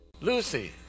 Lucy